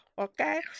Okay